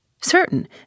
Certain